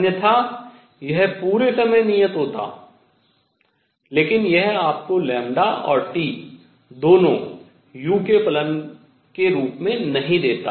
अन्यथा यह पूरे समय नियत होता लेकिन यह आपको λ और T दोनों u के फलन के रूप में नहीं देता